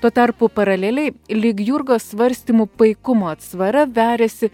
tuo tarpu paraleliai lyg jurgos svarstymų paikumo atsvara veriasi